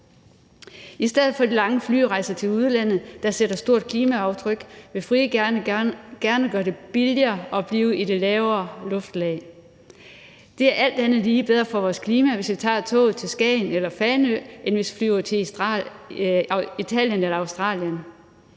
I stedet for de lange flyrejser til udlandet, der sætter et stort klimamæssigt aftryk, skal vi blive i de lavere luftlag, og Frie Grønne vil gerne gøre det billigere at blive i de lavere luftlag. Det er alt andet lige bedre for vores klima, hvis vi tager toget til Skagen eller Fanø, end hvis vi flyver til Italien eller Australien.